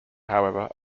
however